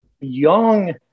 Young